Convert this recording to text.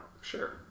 Sure